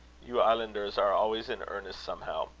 you islanders are always in earnest somehow.